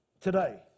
today